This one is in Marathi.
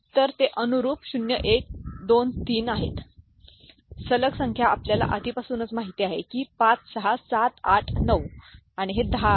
तर हे अनुरुप 0 1 2 3 आहेत सलग संख्या आपल्याला आधीपासूनच माहित आहे की 5 6 7 8 9 आणि हे 10 आहे